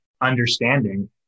understanding